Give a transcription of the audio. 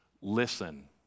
listen